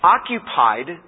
Occupied